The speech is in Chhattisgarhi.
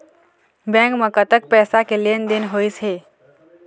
बैंक म कतक पैसा के लेन देन होइस हे?